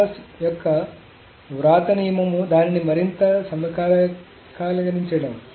Thomas యొక్క వ్రాత నియమం దానిని మరింత సమకాలీకరించడం